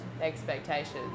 expectations